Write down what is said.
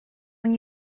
when